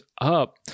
up